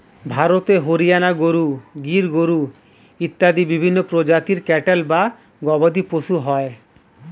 ভারতে হরিয়ানা গরু, গির গরু ইত্যাদি বিভিন্ন প্রজাতির ক্যাটল বা গবাদিপশু হয়